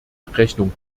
rechnung